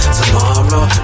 tomorrow